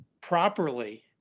properly